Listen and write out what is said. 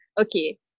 okay